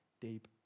deep